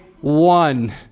one